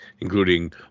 including